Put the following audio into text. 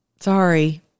Sorry